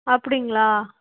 அப்படிங்களா